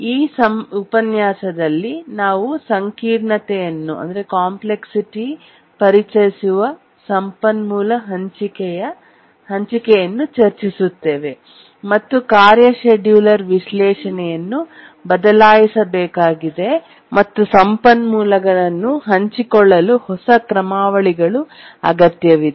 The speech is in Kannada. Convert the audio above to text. ಈ ಉಪನ್ಯಾಸದಲ್ಲಿ ನಾವು ಸಂಕೀರ್ಣತೆಯನ್ನು ಕಾಂಪ್ಲೆಕ್ಸಿಟಿ ಪರಿಚಯಿಸುವ ಸಂಪನ್ಮೂಲ ಹಂಚಿಕೆಯನ್ನು ಚರ್ಚಿಸುತ್ತೇವೆ ಮತ್ತು ಕಾರ್ಯ ಷೆಡ್ಯೂಲರ್ ವಿಶ್ಲೇಷಣೆಯನ್ನು ಬದಲಾಯಿಸಬೇಕಾಗಿದೆ ಮತ್ತು ಸಂಪನ್ಮೂಲಗಳನ್ನು ಹಂಚಿಕೊಳ್ಳಲು ಹೊಸ ಕ್ರಮಾವಳಿಗಳು ಅಗತ್ಯವಿದೆ